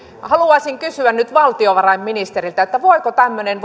haluaisin kysyä nyt valtiovarainministeriltä voiko tämmöinen